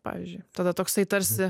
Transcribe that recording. pavyzdžiui tada toksai tarsi